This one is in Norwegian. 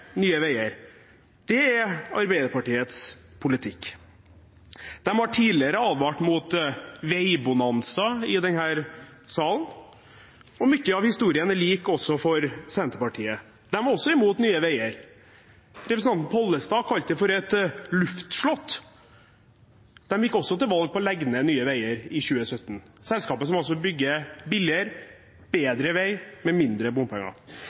Nye Veier. Det er Arbeiderpartiets politikk. De har tidligere advart mot veibonanza i denne salen, og mye av historien er lik for Senterpartiet. De er også imot Nye Veier. Representanten Pollestad kalte det for et luftslott. De gikk også til valg i 2017 på å legge ned Nye Veier – selskapet som altså bygger billigere, bedre vei med mindre bompenger.